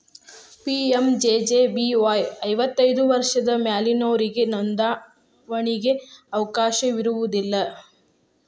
PMJJBY ಐವತ್ತೈದು ವರ್ಷದ ಮ್ಯಾಲಿನೊರಿಗೆ ನೋಂದಾವಣಿಗಿ ಅವಕಾಶ ಇರೋದಿಲ್ಲ